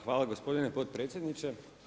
Hvala gospodine potpredsjedniče.